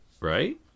right